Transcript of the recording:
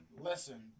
Listen